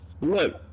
Look